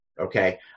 okay